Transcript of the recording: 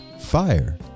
fire